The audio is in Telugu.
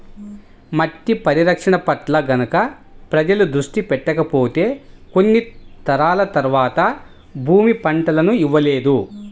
మట్టి పరిరక్షణ పట్ల గనక ప్రజలు దృష్టి పెట్టకపోతే కొన్ని తరాల తర్వాత భూమి పంటలను ఇవ్వలేదు